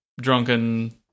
drunken